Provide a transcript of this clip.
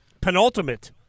Penultimate